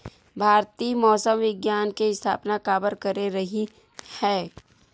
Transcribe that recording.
भारती मौसम विज्ञान के स्थापना काबर करे रहीन है?